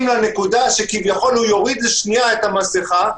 לנקודה שכביכול הוא יוריד לשנייה את המסיכה,